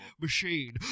Machine